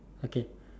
okay